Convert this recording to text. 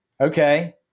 okay